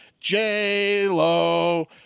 J-Lo